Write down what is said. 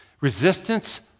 resistance